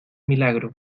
milagro